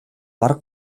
бараг